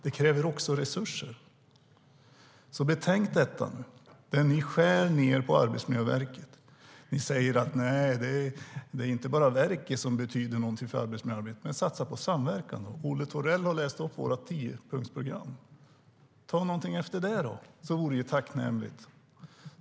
Det kräver också resurser att komma åt detta. Betänk detta! Ni skär ned på Arbetsmiljöverket och säger att det inte bara är verket som betyder något för arbetsmiljöarbetet. Men satsa på samverkan då! Olle Thorell har läst upp vårt tiopunktsprogram. Ta efter något av det! Det vore tacknämligt.